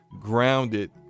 Grounded